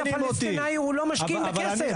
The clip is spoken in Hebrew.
הפלסטיני הוא לא --- בכסף.